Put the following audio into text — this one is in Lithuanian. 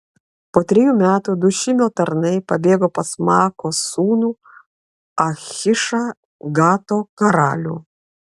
po trejų metų du šimio tarnai pabėgo pas maakos sūnų achišą gato karalių